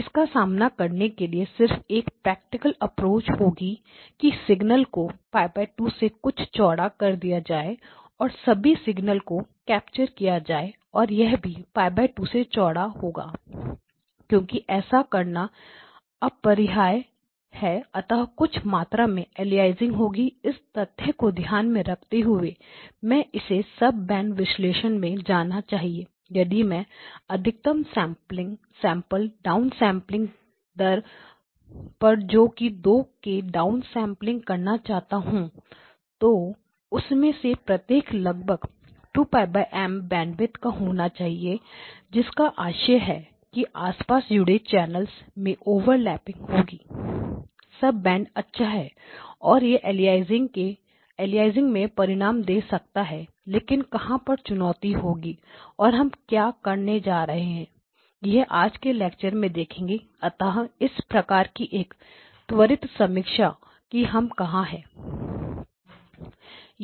इसका सामना करने के लिए सिर्फ एक प्रैक्टिकल अप्रोच होगी कि सिग्नल को π 2 से कुछ चौड़ा कर दिया जाए और सभी सिग्नल को कैप्चर किया जाए और यह भी π 2 से चौड़ा होगा क्योंकि ऐसा करना अपरिहार्य है अतः कुछ मात्रा में अलियासिंग होगी इस तथ्य को ध्यान में रखते हुए हमें इस सब बैंड विश्लेषण में जाना चाहिए यदि मैं अधिकतम सैंपल डाउनसेंपलिंग दर पर जो कि दो 2 है डाउनसेंपल करना चाहता हूं तो उसमें से प्रत्येक लगभग 2 π M बैंडविथ का होना चाहिए जिसका आशय है कि आसपास जुड़े चैनल्स में ओवरलैपिंग होगी सब बैंड अच्छा है और यह अलियासिंग में परिणाम दे सकता है लेकिन कहां पर चुनौती होगी और हम क्या करने जा रहे हैं यह आज के लेक्चर में देखेंगे अतः इस प्रकार की एक त्वरित समीक्षा की हम कहां है